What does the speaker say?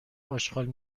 اشغال